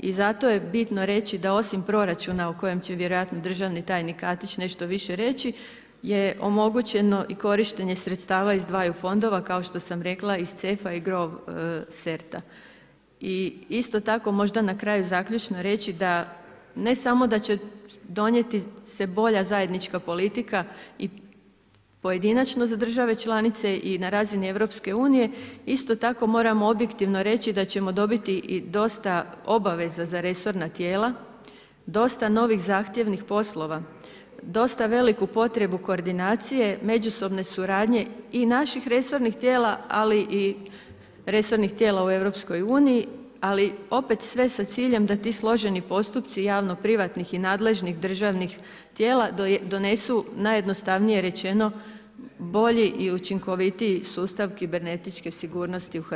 I zato je bitno reći da osim proračuna o kojem će vjerojatno državni tajnik Katić nešto više reći je omogućeno i korištenje sredstava iz dvaju fondova, kao što sam rekla iz CEF-a i … I isto tako možda na kraju zaključno reći da ne samo da će donijeti se bolja zajednička politika i pojedinačno za države članice i na razini EU, isto tako moramo objektivno reći da ćemo dobiti i dosta obaveza za resorna tijela, dosta novih zahtjevnih poslova, dosta veliku potrebu koordinacije, međusobne suradnje i naših resornih tijela ali i resornih tijela u EU, ali opet sve sa ciljem da ti složeni postupci javnoprivatnih i nadležnih državnih tijela donesu najjednostavnije rečeno bolji i učinkovitiji sustav kibernetičke sigurnosti u Hrvatskoj.